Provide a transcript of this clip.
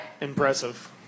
impressive